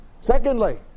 Secondly